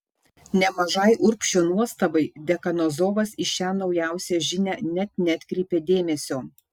nemažai urbšio nuostabai dekanozovas į šią naujausią žinią net neatkreipė dėmesio